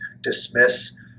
dismiss